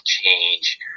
change